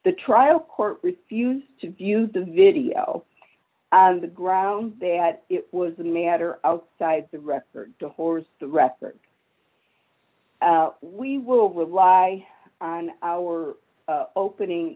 the trial court refused to view the video the grounds that it was the matter outside the record the horse the record we will rely on our opening